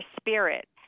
spirit